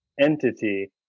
entity